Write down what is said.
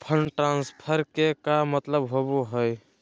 Fund transfer के का मतलब होव हई?